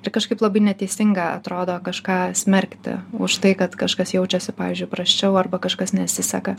ir kažkaip labai neteisinga atrodo kažką smerkti už tai kad kažkas jaučiasi pavyzdžiui prasčiau arba kažkas nesiseka